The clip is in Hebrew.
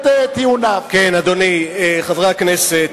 תשמעו, כל חברי הכנסת